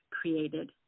created